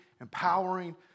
empowering